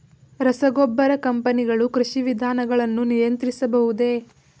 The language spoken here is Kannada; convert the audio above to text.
ರಸಗೊಬ್ಬರ ಕಂಪನಿಗಳು ಕೃಷಿ ವಿಧಾನಗಳನ್ನು ನಿಯಂತ್ರಿಸಬಹುದೇ?